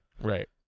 Right